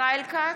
ישראל כץ,